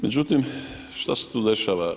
Međutim, šta se tu dešava.